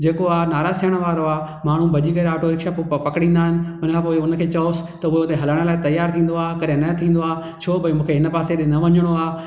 जेको आहे नाराज़ थिअण वारो आहे माण्हू भॼी करे ऑटो रिक्शा पोइ पकड़ींदा आहिनि हुन खां पोइ वरी हुन खे चओसि त उहो हलण लाइ तयारु थींदो आहे कॾहिं न थींदो आहे छो भई मूंखे हिन पासे बि न वञणो आहे